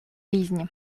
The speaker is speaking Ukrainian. різні